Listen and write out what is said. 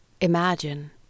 imagine